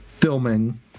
filming